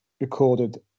recorded